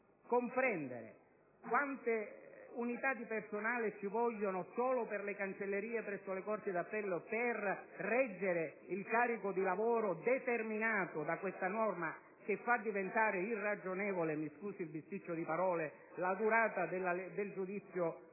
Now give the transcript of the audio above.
Pinto, e quante unità di personale ci vorranno solo per le cancellerie presso le corti d'appello, per reggere il carico di lavoro determinato da questa norma, che fa diventare irragionevole - mi scusi il bisticcio di parole - la ragionevole